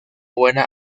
buena